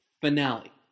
finale